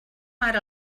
ara